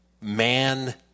man